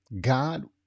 God